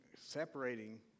separating